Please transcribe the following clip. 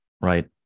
right